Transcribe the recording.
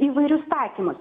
įvairius taikymus